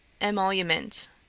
emolument